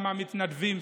גם המתנדבים,